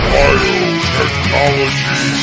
Biotechnology